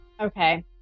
Okay